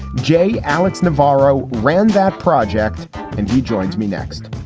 j. alex navarro ran that project and he joins me next